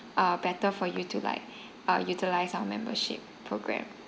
uh better for you to like uh utilized our membership program